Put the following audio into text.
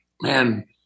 Man